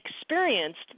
experienced